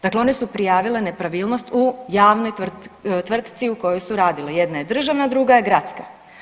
Dakle, one su prijavile nepravilnost u javnoj tvrtci u kojoj su radile, jedna je državna, druga je gradska.